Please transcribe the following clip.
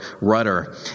rudder